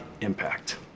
impact